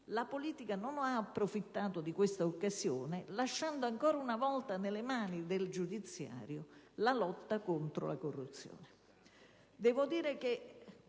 la politica non ha approfittato di questa occasione, lasciando ancora una volta nelle mani del giudiziario la lotta contro la corruzione.